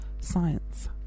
science